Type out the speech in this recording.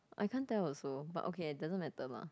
I can't tell also but okay doesn't matter mah